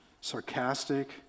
sarcastic